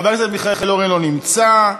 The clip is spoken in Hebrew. חבר הכנסת מיכאל אורן, לא נמצא.